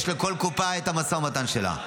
לכל קופה יש המשא ומתן שלה.